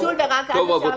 הפיצול ורק אז אפשר להניח.